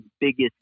biggest